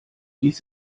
dies